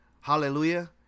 Hallelujah